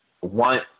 one